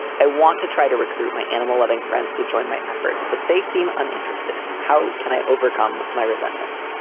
i want to try to recruit my animal loving friends to join my efforts, but they seem uninterested. how can i overcome my resentment?